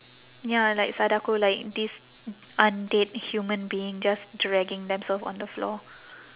ya like sadako like this undead human being just dragging themselves on the floor